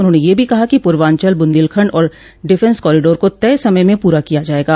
उन्होंने यह भी कहा कि पूर्वांचल बुन्देलखंड और डिफेंस कॉरिडोर को तय समय में पूरा किया जायेगा